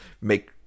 make